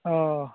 अ